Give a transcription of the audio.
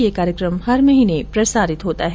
ये कार्यक्रम हर महीने प्रसारित होता है